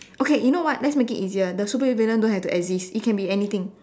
okay you know what let's make it easier the super villain don't have to exist it can be anything